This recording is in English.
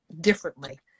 differently